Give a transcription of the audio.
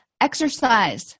Exercise